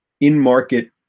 in-market